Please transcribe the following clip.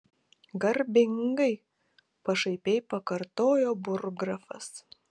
garbingai pašaipiai pakartojo burggrafas